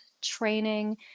training